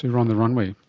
you're on the runway.